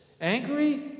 Angry